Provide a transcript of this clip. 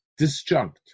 disjunct